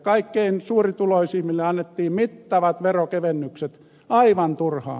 kaikkein suurituloisimmille annettiin mittavat veronkevennykset aivan turhaan